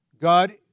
God